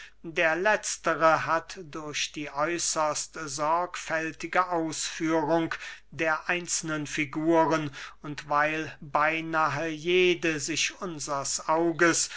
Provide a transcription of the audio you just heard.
der letztere hat durch die äußerst sorgfältige ausführung der einzelnen figuren und weil beynahe jede sich unsers auges